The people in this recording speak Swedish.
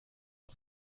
att